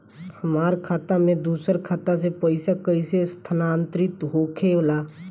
हमार खाता में दूसर खाता से पइसा कइसे स्थानांतरित होखे ला?